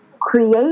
create